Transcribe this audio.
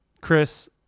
Chris